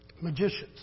magicians